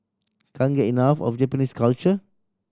can't get enough of Japanese culture